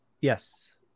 Yes